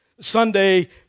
Sunday